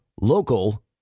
local